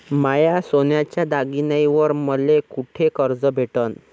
माया सोन्याच्या दागिन्यांइवर मले कुठे कर्ज भेटन?